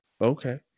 okay